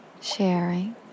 ...sharing